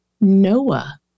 Noah